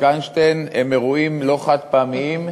איינשטיין הם אירועים לא חד-פעמיים,